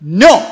no